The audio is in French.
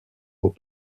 aux